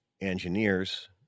engineers